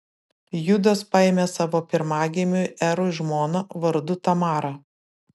judas paėmė savo pirmagimiui erui žmoną vardu tamara